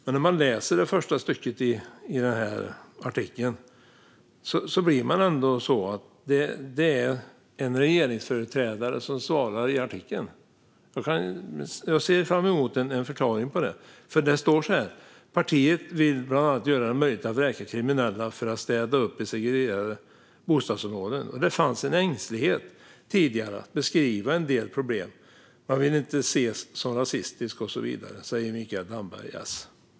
Men när man läser det första stycket i artikeln blir ändå intrycket att det är en regeringsföreträdare som svarar Jag ser fram emot en förklaring till det. Det står så här: "Partiet vill bland annat göra det möjligt att vräka kriminella för att städa upp i segregerade bostadsområden. - Det fanns en ängslighet tidigare att beskriva en del problem, man ville inte ses som rasistisk och så vidare, säger Mikael Damberg ."